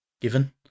given